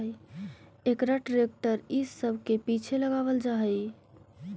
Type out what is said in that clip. एकरा ट्रेक्टर इ सब के पीछे लगावल जा हई